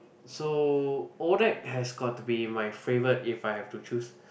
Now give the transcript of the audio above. so odac has got to be my favorite if I have to choose